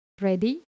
Ready